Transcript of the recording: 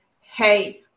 hey